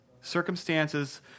circumstances